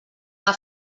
que